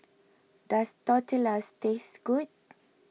does Tortillas taste good